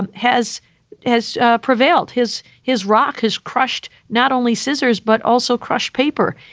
and has has ah prevailed. his his rock has crushed not only scissors, but also crushed paper.